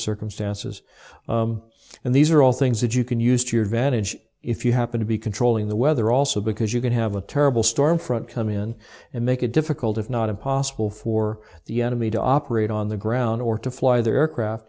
circumstances and these are all things that you can use to your advantage if you happen to be controlling the weather also because you can have a terrible storm front come in and make it difficult if not impossible for the enemy to operate on the ground or to fly the aircraft